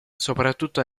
soprattutto